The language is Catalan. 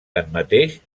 tanmateix